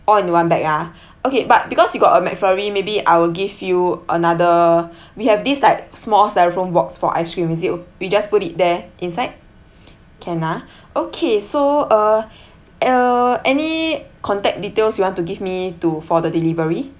all in one bag ah okay but because you got a mcflurry maybe I will give you another we have this like small styrofoam box for ice cream is it o~ we just put it there inside can ah okay so uh uh any contact details you want to give me to for the delivery